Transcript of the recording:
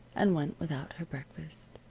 and went without her breakfast.